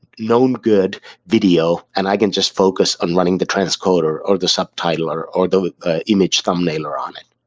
known good video and i can just focus on running the transcoder, or the subtitle or or the image thumbnailer on it.